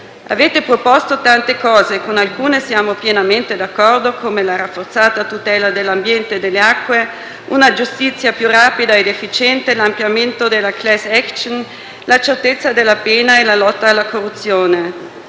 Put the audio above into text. Avete proposto tante cose: con alcune siamo pienamente d'accordo, come la rafforzata tutela dell'ambiente e delle acque; una giustizia più rapida ed efficiente; l'ampliamento della *class action*; la certezza della pena e la lotta alla corruzione.